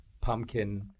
pumpkin